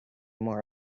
more